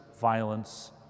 violence